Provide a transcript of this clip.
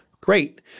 Great